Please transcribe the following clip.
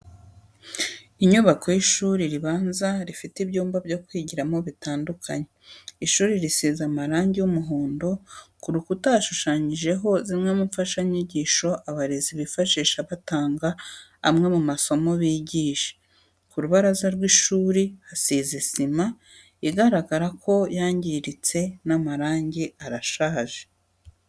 Inyubako y'ishuri ribanza rifite ibyumba byo kwigiramo bitandukanye, ishuri risize amarangi y'umuhondo, ku rukuta hashushanyijeho zimwe mu mfashanyigisho abarezi bifashisha batanga amwe mu masomo bigisha. Ku rubaraza rw'ishuri hasize sima igaragara ko yangiritse n'amarangi arashaje.